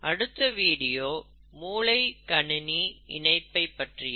அடுத்த வீடியோ மூளை கணினி இணைப்பை பற்றியது